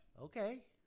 Okay